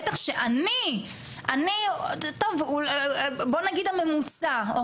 בטח שאני בוא נגיד הממוצע,